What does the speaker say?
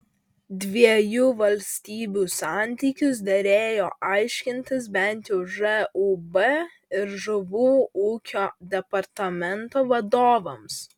dviejų valstybių santykius derėjo aiškintis bent jau žūb ir žuvų ūkio departamento vadovams